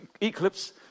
eclipse